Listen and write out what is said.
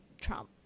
Trump